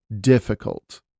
difficult